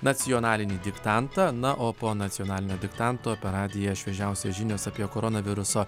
nacionalinį diktantą na o po nacionalinio diktanto per radiją šviežiausios žinios apie koronaviruso